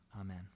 Amen